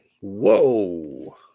Whoa